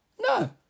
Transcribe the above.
No